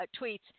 tweets